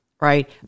right